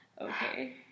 Okay